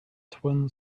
twin